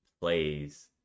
plays